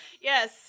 Yes